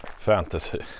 fantasy